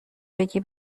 بگی